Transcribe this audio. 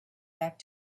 back